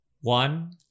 one